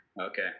Okay